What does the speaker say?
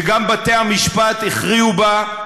שגם בתי-המשפט הכריעו בה,